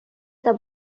যাব